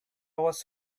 was